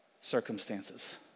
circumstances